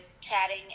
chatting